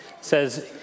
says